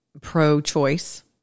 pro-choice